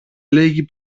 λέγει